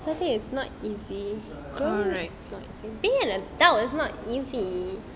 so this thing is not easy being and adult is not easy